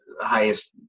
highest